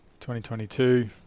2022